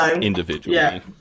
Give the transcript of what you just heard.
individually